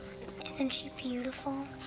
isn't she beautiful?